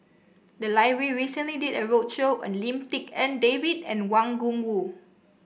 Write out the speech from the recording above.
the library recently did a roadshow on Lim Tik En David and Wang Gungwu